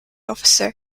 officer